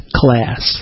class